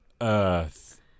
earth